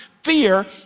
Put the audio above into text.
Fear